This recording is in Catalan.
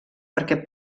perquè